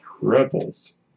rebels